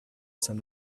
than